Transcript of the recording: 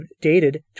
dated